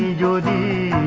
yeah duty